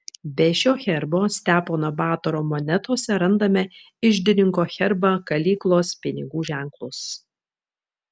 be šio herbo stepono batoro monetose randame iždininko herbą kalyklos pinigų ženklus